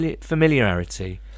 familiarity